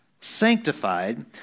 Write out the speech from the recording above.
Sanctified